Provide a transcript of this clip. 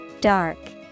Dark